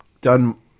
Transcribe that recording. done